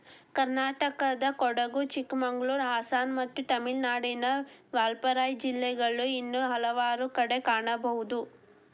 ಕರ್ನಾಟಕದಕೊಡಗು, ಚಿಕ್ಕಮಗಳೂರು, ಹಾಸನ ಮತ್ತು ತಮಿಳುನಾಡಿನ ವಾಲ್ಪಾರೈ ಜಿಲ್ಲೆಗಳು ಇನ್ನೂ ಹಲವಾರು ಕಡೆ ಕಾಣಬಹುದು